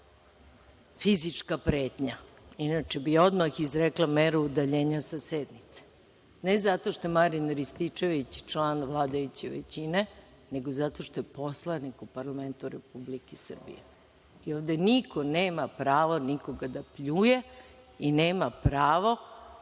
fizička pretnja, inače bih odmah izrekla meru udaljenja sa sednice. Ne zato što je Marijan Rističević član vladajuće većine, nego zato što je poslanik u parlamentu Republike Srbije. Ovde niko nema pravo nikoga da pljuje i nema pravo